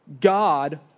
God